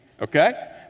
okay